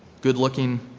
good-looking